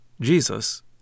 Jesus